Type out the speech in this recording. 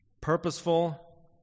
purposeful